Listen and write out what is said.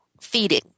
feeding